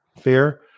Fear